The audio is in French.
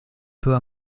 peut